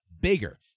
bigger